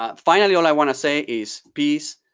ah finally, all i want to say is peace,